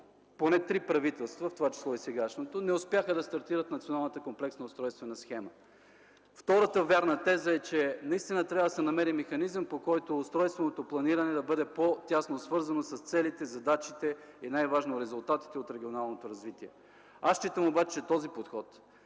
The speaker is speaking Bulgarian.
поне три правителства, в това число и сегашното, не успяха да стартират Националната комплексна устройствена схема. Втората вярна теза е, че наистина трябва да се намери механизъм, по който устройственото планиране да бъде по-тясно свързано с целите, задачите, и най-важно – с резултатите от регионалното развитие. Смятам, че този подход